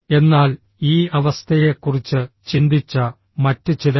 എന്നാൽ ഈ അവസ്ഥയെക്കുറിച്ച് ചിന്തിച്ച മറ്റു ചിലരുണ്ട്